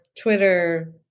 Twitter